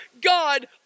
God